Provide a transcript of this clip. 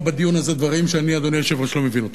אני שומע בדיון הזה דברים שאני לא מבין אותם.